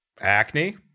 Acne